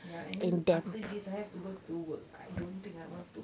ya and then after this I have to go to work I don't think I want to